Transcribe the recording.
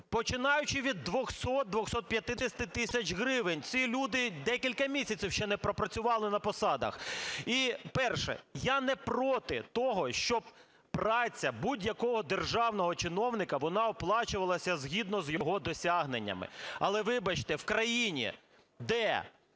Починаючи від 200-250 тисяч гривень. Ці люди декілька місяців ще не пропрацювали на посадах. І, перше, я не проти того, щоб праця будь-якого державного чиновника вона оплачувалася згідно з його досягненнями. Але, вибачте, в країні, де